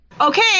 Okay